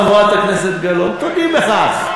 חברת הכנסת גלאון, תודי בכך.